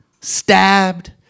stabbed